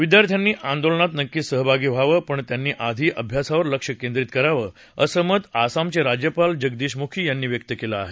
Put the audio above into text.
विद्यार्थ्यांनी आंदोलनात नक्कीच सहभागी व्हावं मात्र त्यांनी आधी अभ्यासावर लक्ष केंद्रित करावं असं मत आसामचे राज्यपाल जगदीश मुखी यांनी व्यक्त केलं आहे